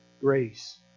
grace